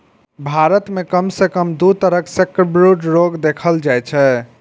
भारत मे कम सं कम दू तरहक सैकब्रूड रोग देखल जाइ छै